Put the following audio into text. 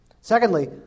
Secondly